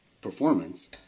performance